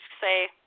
say